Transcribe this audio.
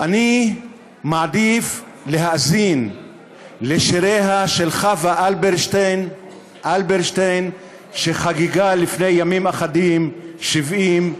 אני מעדיף להאזין לשיריה של חוה אלברשטיין שחגגה לפני ימים אחדים 70,